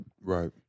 Right